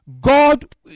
God